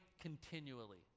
continually